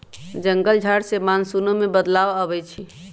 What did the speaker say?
जंगल झार से मानसूनो में बदलाव आबई छई